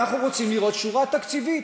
אנחנו רוצים לראות שורה תקציבית.